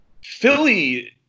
Philly